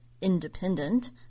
independent